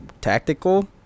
tactical